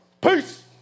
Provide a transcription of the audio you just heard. Peace